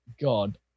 God